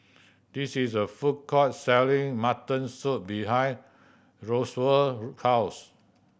this is a food court selling mutton soup behind Roosevelt house